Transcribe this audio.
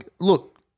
Look